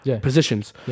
Positions